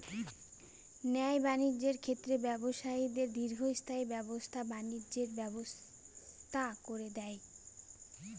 ন্যায় বাণিজ্যের ক্ষেত্রে ব্যবসায়ীদের দীর্ঘস্থায়ী ব্যবসা বাণিজ্যের ব্যবস্থা করে দেয়